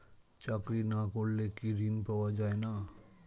চাকরি না করলে কি ঋণ পাওয়া যায় না?